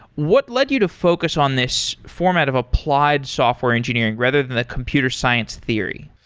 what led you to focus on this format of applied software engineering rather than the computer science theory?